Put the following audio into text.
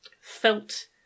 felt